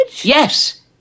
Yes